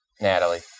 Natalie